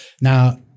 Now